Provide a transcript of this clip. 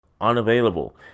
unavailable